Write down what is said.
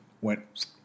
Went